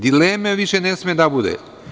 Dileme više ne sme da bude.